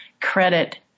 credit